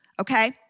okay